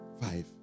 five